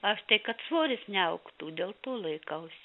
aš tai kad svoris neaugtų dėl to laikausi